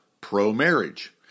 pro-marriage